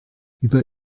über